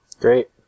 Great